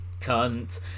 cunt